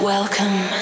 Welcome